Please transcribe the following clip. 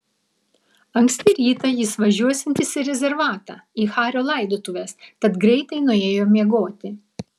anksti rytą jis važiuosiantis į rezervatą į hario laidotuves tad greitai nuėjo miegoti